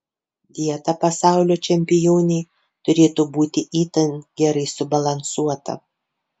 dieta pasaulio čempionei turėtų būti itin gerai subalansuota